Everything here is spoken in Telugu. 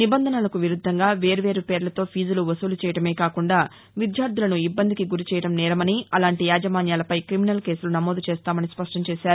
నిబంధనలకు విరుద్దంగా వేర్వేరు పేర్లతో ఫీజులు వసూలు చేయడమే కాకుండా విద్యార్టులను ఇబ్బందికి గురిచేయడం నేరమని అలాంటి యాజమాన్యాలపై క్రిమిసల్ కేసులు నమోదు చేస్తామని స్పష్టం చేశారు